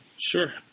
Sure